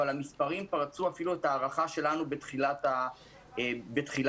המספרים חצו את ההערכה שלנו בתחילת הקורונה.